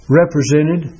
represented